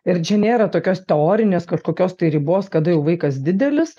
ir čia nėra tokios teorinės kažkokios tai ribos kada jau vaikas didelis